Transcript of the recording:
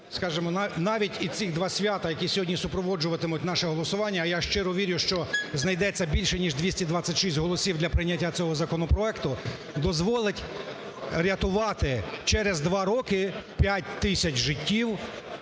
скажемо, навіть і цих два свята, які сьогодні супроводжуватимуть наше голосування, а я щиро вірю, що знайдеться більше ніж 226 голосів для прийняття цього законопроекту, дозволить рятувати через два роки 5 тисяч життів